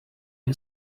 who